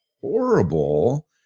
horrible